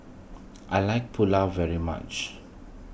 I like Pulao very much